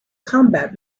combat